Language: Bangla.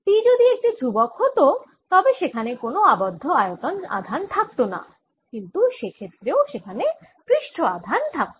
P যদি একটি ধ্রুবক হত তবে সেখানে কোন আবদ্ধ আয়তন আধান থাকতো না কিন্তু সেক্ষেত্রেও সেখানে পৃষ্ঠ আধান থাকত